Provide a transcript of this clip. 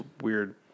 weird